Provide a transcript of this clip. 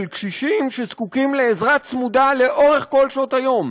של קשישים שזקוקים לעזרה צמודה לאורך כל שעות היום,